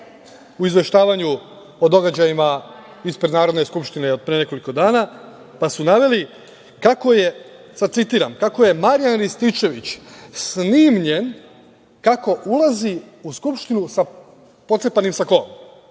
u izveštavanju o događajima ispred Narodne skupštine od pre nekoliko dana, pa su naveli kako je, sada citiram, Marijan Rističević snimljen kako ulazi u Skupštinu sa pocepanim sakoom